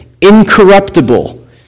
incorruptible